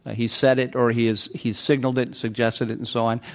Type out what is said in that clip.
ah he's said it or he's he's signaled it, suggested it, and so on,